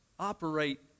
operate